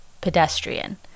pedestrian